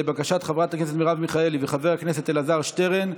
לבקשת חברת הכנסת מרב מיכאלי וחבר הכנסת אלעזר שטרן,